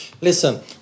listen